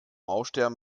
aussterben